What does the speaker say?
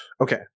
Okay